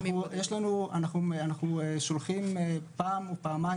אנחנו שולחים פעם או פעמיים